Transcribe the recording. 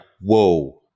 whoa